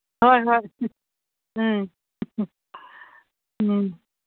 ꯍꯣꯏ ꯍꯣꯏ ꯎꯝ ꯎꯝ